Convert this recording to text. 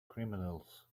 criminals